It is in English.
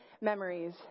memories